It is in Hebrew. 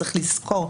צריך לזכור,